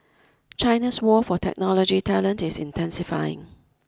China's war for technology talent is intensifying